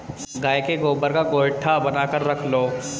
गाय के गोबर का गोएठा बनाकर रख लो